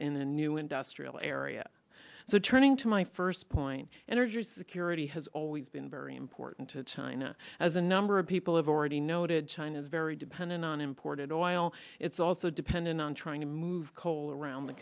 the new industrial area so turning to my first point energy security has always been very important to china as a number of people have already noted china is very dependent on imported oil it's also dependent on trying to move coal around the